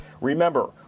Remember